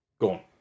Gone